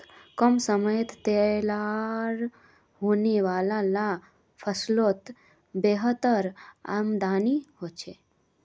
कम समयत तैयार होने वाला ला फस्लोत बेहतर आमदानी होछे